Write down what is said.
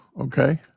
Okay